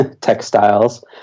textiles